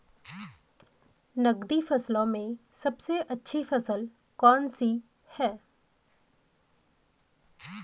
नकदी फसलों में सबसे अच्छी फसल कौन सी है?